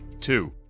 two